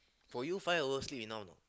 for you five hour sleep enough or not